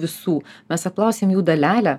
visų mes apklausėm jų dalelę